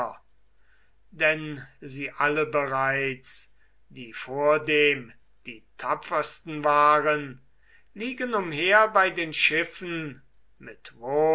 denn sie alle bereits die vordem die tapfersten waren liegen umher bei den schiffen mit